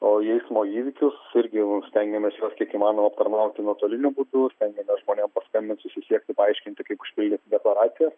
o į eismo įvykius irgi jau stengiamės juos kiek įmanoma aptarnauti nuotoliniu būdu stengiamės žmonėm paskambint susisiekti paaiškinti kaip užpildyti deklaracijas